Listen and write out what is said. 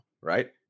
right